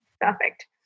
Perfect